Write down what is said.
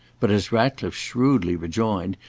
but as ratcliffe shrewdly rejoined,